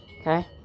okay